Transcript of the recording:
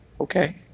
okay